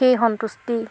সেই সন্তুষ্টি